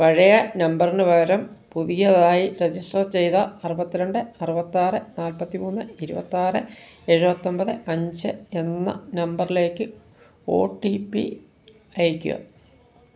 പഴയ നമ്പറിന് പകരം പുതിയതായി രജിസ്റ്റർ ചെയ്ത അറുപത്തിരണ്ട് അറുപത്താറ് നാൽപ്പത്തി മൂന്ന് ഇരുപത്താറ് എഴുപത്തൊമ്പത് അഞ്ച് എന്ന നമ്പറിലേക്ക് ഒ ടി പി അയയ്ക്കുക